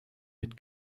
mit